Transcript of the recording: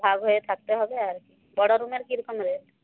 ভাগ হয়ে থাকতে হবে আর কি বড় রুমের কীরকম রেট